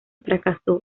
fracasó